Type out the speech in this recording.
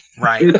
right